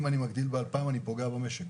אבל אם אני מגדיל ב-2,000 אני פוגע במשק